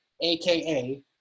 AKA